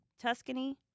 Tuscany